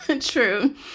True